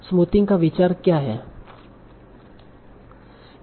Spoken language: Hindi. स्मूथिंग का विचार क्या है